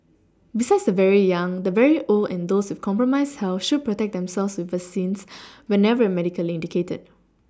besides the very young the very old and those with compromised health should protect themselves with vaccines whenever medically indicated